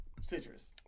Citrus